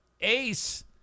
Ace